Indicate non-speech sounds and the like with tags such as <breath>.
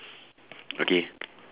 <breath> <noise> okay